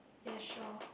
yes sure